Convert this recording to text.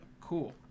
Cool